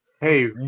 Hey